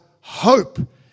hope